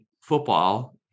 football